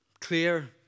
clear